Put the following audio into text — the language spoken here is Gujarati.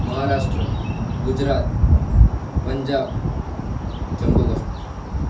મહારાષ્ટ્ર ગુજરાત પંજાબ જમ્મુ કશ્મીર